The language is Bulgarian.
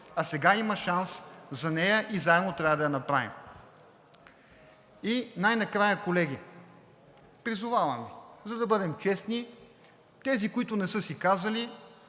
а сега има шанс за нея и заедно трябва да я направим Най-накрая, колеги, призовавам Ви, за да бъдем честни, тези, които не са си казали